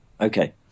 Okay